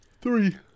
Three